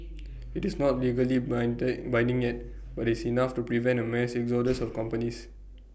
it's not legally bind IT binding yet but it's enough to prevent A mass exodus of companies